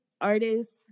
artists